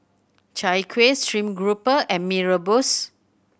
Chai Kuih stream grouper and Mee Rebus